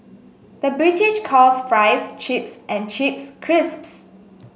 the British calls fries chips and chips crisps